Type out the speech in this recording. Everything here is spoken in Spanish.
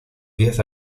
diez